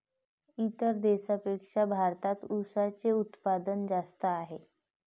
इतर देशांपेक्षा भारतात उसाचे उत्पादन जास्त आहे